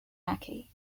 mackey